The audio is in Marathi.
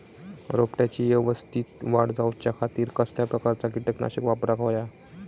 रोपट्याची यवस्तित वाढ जाऊच्या खातीर कसल्या प्रकारचा किटकनाशक वापराक होया?